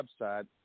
website